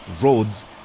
roads